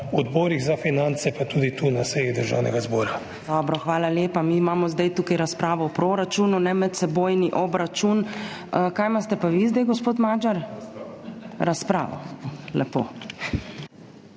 odborih za finance, pa tudi tu na seji Državnega zbora.